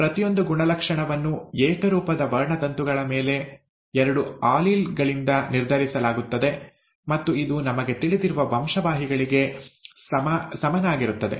ಪ್ರತಿಯೊಂದು ಗುಣಲಕ್ಷಣವನ್ನು ಏಕರೂಪದ ವರ್ಣತಂತುಗಳ ಮೇಲೆ ಎರಡು ಆಲೀಲ್ ಗಳಿಂದ ನಿರ್ಧರಿಸಲಾಗುತ್ತದೆ ಮತ್ತು ಇದು ನಮಗೆ ತಿಳಿದಿರುವ ವಂಶವಾಹಿಗಳಿಗೆ ಸಮನಾಗಿರುತ್ತದೆ